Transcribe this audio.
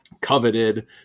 coveted